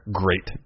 great